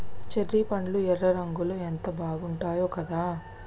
cherry పండ్లు ఎర్ర రంగులో ఎంత బాగుంటాయో కదా